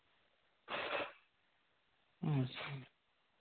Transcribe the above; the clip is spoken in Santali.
ᱟᱪᱪᱷᱟ